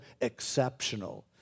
exceptional